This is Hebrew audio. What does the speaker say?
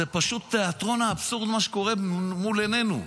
זה פשוט תיאטרון האבסורד, מה שקורה מול עינינו,